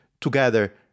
together